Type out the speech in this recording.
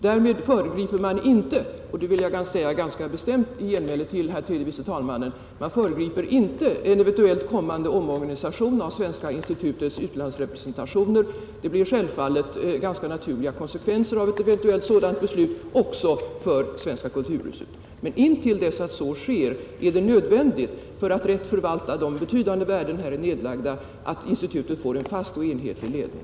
Därmed föregriper man inte — det vill jag bestämt säga i genmäle till herr tredje vice talmannen — en eventuellt kommande omorganisation av Svenska institutets utlandsrepresentationer. Det blir helt naturligt konsekvenser av ett eventuellt sådant beslut också för Svenska kulturhuset i Paris, men intill dess att så sker är det nödvändigt, för att rätt förvalta de betydande värden som här är nedlagda, att institutet får, som jag nyss sade, en fast och enhetlig ledning.